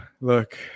look